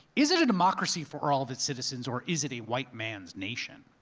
is it a democracy for all the citizens or is it a white man's nation?